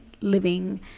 living